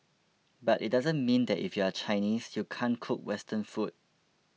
but it doesn't mean that if you are Chinese you can't cook Western food